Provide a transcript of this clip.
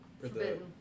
Forbidden